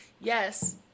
yes